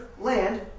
land